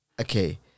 okay